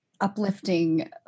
uplifting